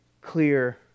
clear